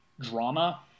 drama